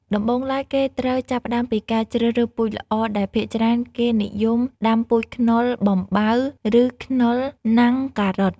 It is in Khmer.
ដំបូងឡើយ គេត្រូវចាប់ផ្តើមពីការជ្រើសរើសពូជល្អ ដែលភាគច្រើនគេនិយមដាំពូជខ្នុរបំបៅ ឬខ្នុរណាំងការ៉ុត។